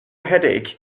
headache